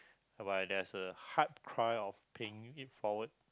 but there's a hard cry of paying it forward